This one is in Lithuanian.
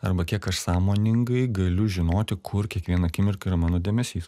arba kiek aš sąmoningai galiu žinoti kur kiekvieną akimirką yra mano dėmesys